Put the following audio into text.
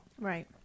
Right